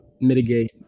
mitigate